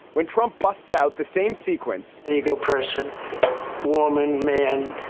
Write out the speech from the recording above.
when trump busts out the same sequence and you go person woman, man.